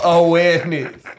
awareness